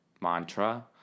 mantra